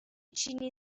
چینی